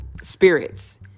spirits